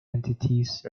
entities